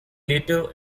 later